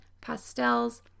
pastels